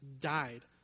died